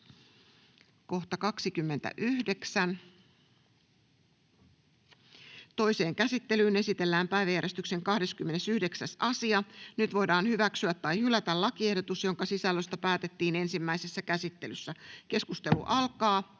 Content: Toiseen käsittelyyn esitellään päiväjärjestyksen 10. asia. Nyt voidaan hyväksyä tai hylätä lakiehdotus, jonka sisällöstä päätettiin ensimmäisessä käsittelyssä. — Keskustelu alkaa.